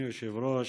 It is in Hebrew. אדוני היושב-ראש,